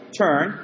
turn